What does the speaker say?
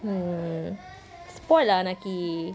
hmm spoil lah anaqi